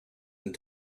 and